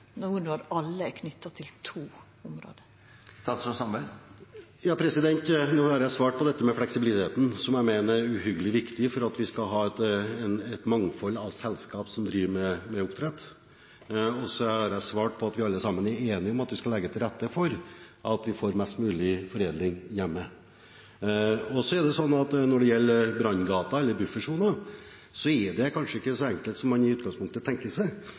alle er knytte til to område? Nå har jeg svart på dette med fleksibiliteten, som jeg mener er uhyre viktig for at vi skal ha et mangfold av selskaper som driver med oppdrett. Og jeg har sagt at vi alle sammen er enige om at vi skal legge til rette for mest mulig foredling hjemme. Når det gjelder branngater, eller buffersoner, er det kanskje ikke så enkelt som man i utgangspunktet tenker seg,